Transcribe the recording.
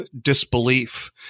disbelief